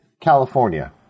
California